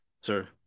sir